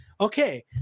Okay